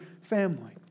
family